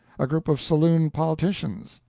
a group of saloon politicians,